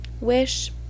wish